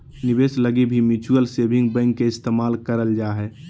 निवेश लगी भी म्युचुअल सेविंग बैंक के इस्तेमाल करल जा हय